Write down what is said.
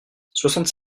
soixante